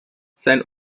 sein